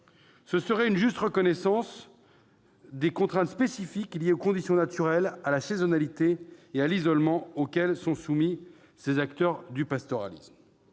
Ce serait une juste reconnaissance des contraintes spécifiques, liées aux conditions naturelles, à la saisonnalité et à l'isolement, auxquelles sont soumis les acteurs du pastoralisme.